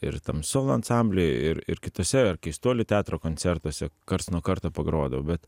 ir tam solo ansambly ir ir kitose ar keistuolių teatro koncertuose karts nuo karto pagrodavau bet